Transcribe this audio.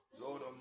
Lord